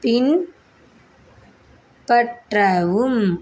பின்பற்றவும்